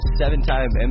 seven-time